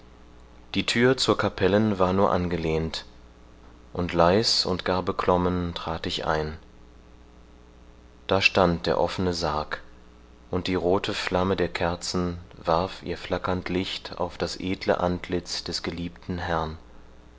die thür zur kapellen war nur angelehnt und leis und gar beklommen trat ich ein da stand der offene sarg und die rothe flamme der kerzen warf ihr flackernd licht auf das edle antlitz des geliebten herrn